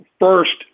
first